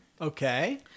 Okay